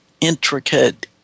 intricate